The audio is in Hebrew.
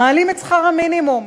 מעלים את שכר המינימום.